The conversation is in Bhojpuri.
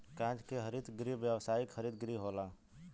कांच के हरित गृह व्यावसायिक हरित गृह होला